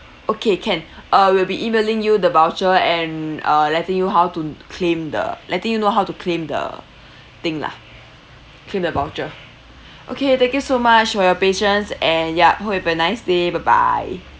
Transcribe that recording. okay can uh we'll be emailing you the voucher and uh letting you how to claim the letting you know how to claim the thing lah claim the voucher okay thank you so much for your patience and yup hope you've a nice day bye bye